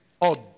odd